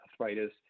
arthritis